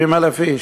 70,000 איש.